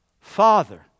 Father